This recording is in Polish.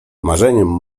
marzeniem